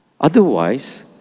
Otherwise